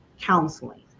counseling